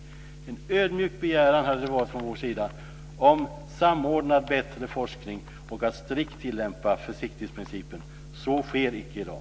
Det var en ödmjuk begäran från vår sida om en bättre samordnad forskning och om att man strikt ska tillämpa försiktighetsprincipen. Så sker icke i dag.